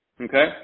Okay